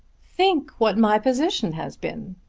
think what my position has been!